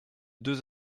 deux